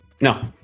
No